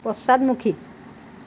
পশ্চাদমুখী